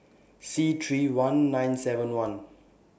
C three I nine seven one